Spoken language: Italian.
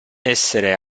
essere